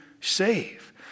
save